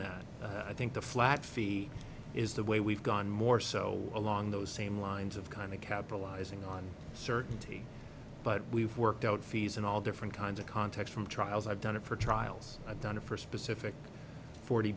that i think the flat fee is the way we've gone more so along those same lines of kind of capitalizing on certainty but we've worked out fees and all different kinds of context from trials i've done it for trials i've done it for specific forty